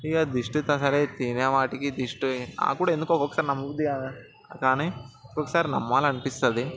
ఇక దిష్టి తగలే తినేవాటికి దిష్టి నాకు కూడా ఎందుకో ఒక్కొక్కసారి నమ్మబుద్ది కాదు కానీ ఎందుకో ఒక్కొక్కసారి నమ్మాలనిపిస్తుంది